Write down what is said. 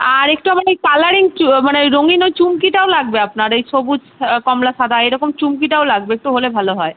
আর একটু আমার ওই কালারিং মানে ওই রঙিন ওই চুমকিটাও লাগবে আপনার ওই সবুজ কমলা সাদা এরকম চুমকিটাও লাগবে একটু হলে ভালো হয়